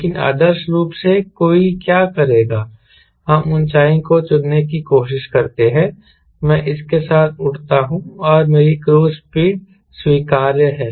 लेकिन आदर्श रूप से कोई क्या करेगा हम ऊंचाई को चुनने की कोशिश करते हैं मैं इस के साथ उड़ता हूं और मेरी क्रूज़ स्पीड स्वीकार्य है